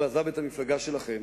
הוא עזב את המפלגה שלכם,